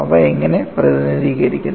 അവ എങ്ങനെ പ്രതിനിധീകരിക്കുന്നു